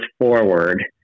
forward